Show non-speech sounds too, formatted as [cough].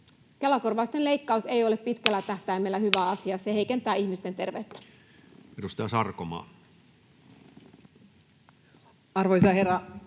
Kela-korvausten leikkaus ei ole [noise] pitkällä tähtäimellä hyvä asia, se heikentää ihmisten terveyttä. Edustaja Sarkomaa. Arvoisa herra